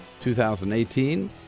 2018